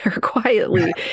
quietly